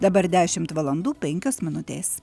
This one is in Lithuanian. dabar dešimt valandų penkios minutės